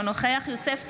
אינו נוכח יוסף טייב,